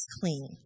clean